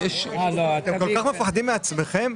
אתם כל כך מפחדים מעצמכם?